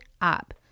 up